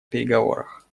переговорах